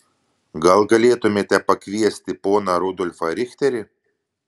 gal galėtumėte pakviesti poną rudolfą richterį